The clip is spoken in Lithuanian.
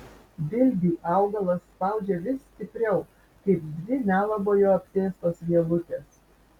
dilbį augalas spaudžia vis stipriau kaip dvi nelabojo apsėstos vielutės